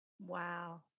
Wow